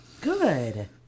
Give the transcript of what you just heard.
Good